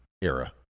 era